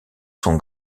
son